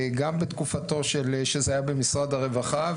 גם בתקופה שזה היה במשרד הרווחה,